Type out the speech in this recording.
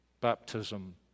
baptism